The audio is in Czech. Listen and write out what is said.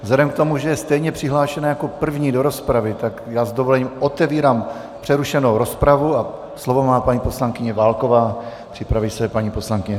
Vzhledem k tomu, že je stejně přihlášená jako první do rozpravy, tak já s dovolením otevírám přerušenou rozpravu a slovo má paní poslankyně Válková, připraví se paní poslankyně Richterová.